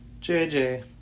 JJ